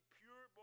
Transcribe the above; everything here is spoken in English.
pure